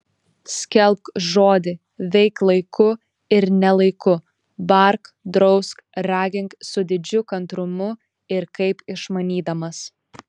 skelbk žodį veik laiku ir ne laiku bark drausk ragink su didžiu kantrumu ir kaip išmanydamas